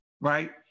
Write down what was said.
right